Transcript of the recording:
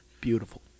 Beautiful